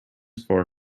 from